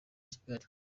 kigali